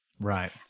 Right